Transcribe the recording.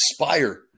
inspire